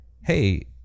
hey